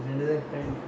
I don't know